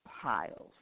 piles